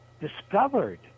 discovered